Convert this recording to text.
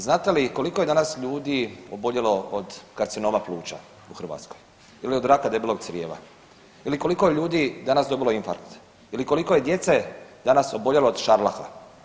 Znate li koliko je danas ljudi oboljelo od karcinoma pluća u Hrvatskoj ili od raka debelog crijeva ili koliko je ljudi danas dobilo infarkt ili koliko je djece danas oboljelo o šarlaha?